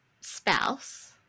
spouse